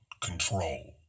control